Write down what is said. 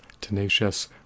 tenacious